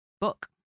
book